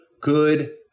good